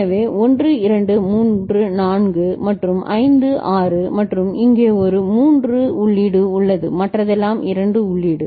எனவே 1 2 3 4 மற்றும் 5 6 மற்றும் இங்கே ஒரு 3 உள்ளீடு உள்ளது மற்றதெல்லாம் 2 உள்ளீடு